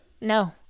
no